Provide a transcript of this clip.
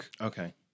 Okay